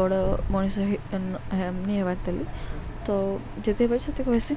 ବଡ଼ ମଣିଷ ନି ହେବାର ଥିଲି ତ ଯେତେପାରି ସେତେ କହେସି